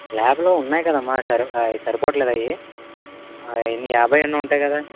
ల్యాబ్లు ఉన్నాయి కదమ్మా సరిప్ అవి సరిపోటల్లేదా అవి ఎన్ని యాభై ఎన్నో ఉంటాయి కదా